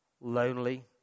lonely